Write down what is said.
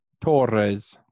Torres